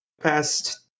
past